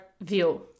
view